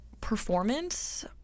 performance